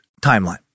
timeline